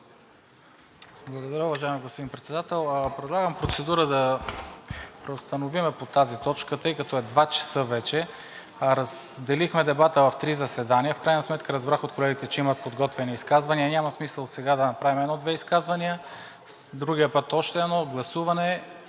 Благодаря, уважаеми господин Председател. Предлагам процедура да преустановим по тази точка, тъй като е 14,00 ч. вече, а разделихме дебата в три заседания. В крайна сметка разбрах от колегите, че имат подготвени изказвания. Няма смисъл сега да направим едно-две изказвания, другият път още едно, гласуване,